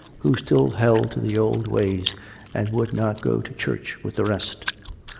who still held to the old ways and would not go to church with the rest.